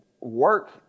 work